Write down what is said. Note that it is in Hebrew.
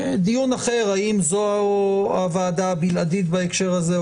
דיון אחר האם זו הוועדה הבלעדית בהקשר הזה,